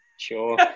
sure